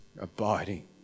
abiding